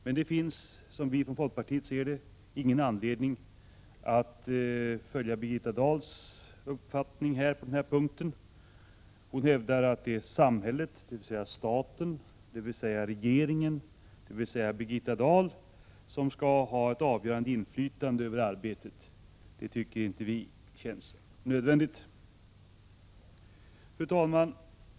Men det finns, som vi från folkpartiet ser det, ingen anledning att följa Birgitta Dahl på den här punkten. Hon hävdar att det är samhället, dvs. staten, dvs. regeringen, dvs. Birgitta Dahl, som skall ha det avgörande inflytandet över arbetet. Det tycker inte vi känns nödvändigt. Jag yrkar bifall till reservation 14. Fru talman!